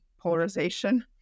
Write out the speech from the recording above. polarization